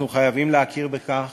אנחנו חייבים להכיר בכך